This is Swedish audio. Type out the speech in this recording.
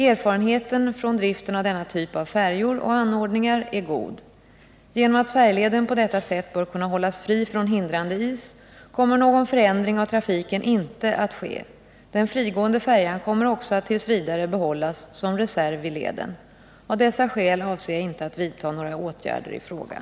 Erfarenheten från driften av denna typ av färjor och anordningar är god. Genom att färjeleden på detta sätt bör kunna hållas fri från hindrande is kommer någon förändring av trafiken inte att ske. Den frigående färjan kommer också att t. v. behållas som reserv vid leden. Av dessa skäl avser jag inte att vidta några åtgärder i frågan.